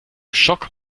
schock